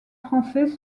français